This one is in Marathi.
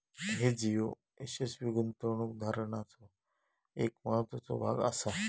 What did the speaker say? हेज ह्यो यशस्वी गुंतवणूक धोरणाचो एक महत्त्वाचो भाग आसा